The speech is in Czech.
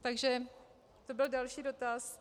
Takže to byl další dotaz.